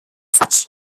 such